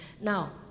Now